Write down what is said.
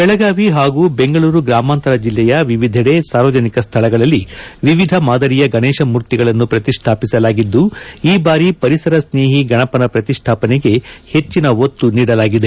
ಬೆಳಗಾವಿ ಹಾಗೂ ಬೆಂಗಳೂರು ಗ್ರಾಮಾಂತರ ಜಿಲ್ಲೆಯ ವಿವಿಧೆಡೆ ಸಾರ್ವಜನಿಕ ಸ್ಥಳಗಳಲ್ಲಿ ವಿವಿಧ ಮಾದರಿಯ ಗಣೇಶ ಮೂರ್ತಿಗಳನ್ನು ಪ್ರತಿಷ್ಟಾಪಿಸಲಾಗಿದ್ದು ಈ ಬಾರಿ ಪರಿಸರ ಸ್ನೇಹಿ ಗಣಪನ ಪ್ರತಿಷ್ಠಾಪನೆಗೆ ಹೆಚ್ಚಿನ ಒತ್ತು ನೀಡಲಾಗಿದೆ